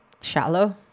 shallow